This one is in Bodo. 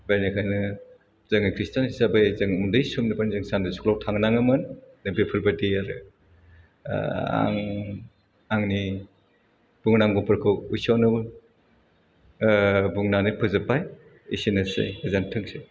बेनिखायनो जोङो ख्रिस्टान हिसाबै जों उन्दै समनिफायनो जों सान्डे स्कुलाव थांनायोमोन बेफोरबायदि आरो आं आंनि बुनांगौफोरखौ एसेयावनो बुंनानै फोजोब्बाय एसेनोसै गोजोन्थोंसै